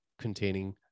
containing